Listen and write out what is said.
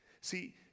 See